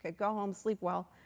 ah go home, sleep well.